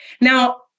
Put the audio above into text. Now